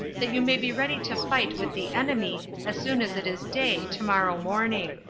that you may be ready to fight with the enemy as soon as it is day tomorrow morning.